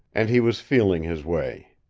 and he was feeling his way.